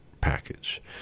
package